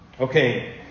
Okay